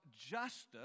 justice